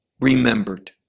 remembered